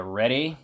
ready